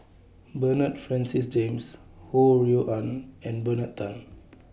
Bernard Francis James Ho Rui An and Bernard Tan